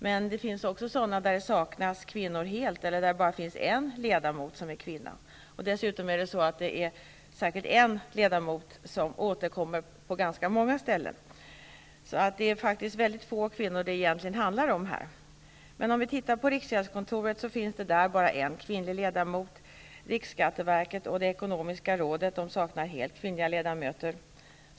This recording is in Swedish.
Men det finns också myndigheter där kvinnor saknas helt eller där det bara finns en ledamot som är kvinna, och dessutom återkommer en och samma ledamot på ganska många ställen. Det handlar därför egentligen om väldigt få kvinnor. Inom riksgäldskontoret finns t.ex. bara en kvinnlig ledamot. Riksskatteverket och det ekonomiska rådet saknar helt kvinnliga ledamöter.